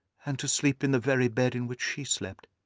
and to sleep in the very bed in which she slept.